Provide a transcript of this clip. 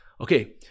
Okay